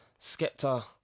Skepta